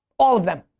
all of them.